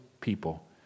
people